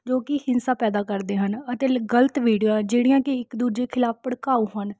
ਜੋ ਕਿ ਹਿੰਸਾ ਪੈਦਾ ਕਰਦੇ ਹਨ ਅਤੇ ਲ ਗਲਤ ਵੀਡੀਓ ਜਿਹੜੀਆਂ ਕਿ ਇੱਕ ਦੂਜੇ ਖਿਲਾਫ ਭੜਕਾਊ ਹਨ